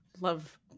love